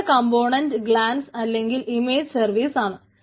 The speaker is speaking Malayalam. അടുത്ത കംപോണൻറ് ഗ്ലാൻസ് അല്ലെങ്കിൽ ഇമേജ് സർവീസ് ആണ്